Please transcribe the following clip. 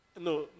no